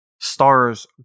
stars